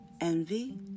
envy